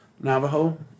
Navajo